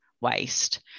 waste